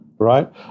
right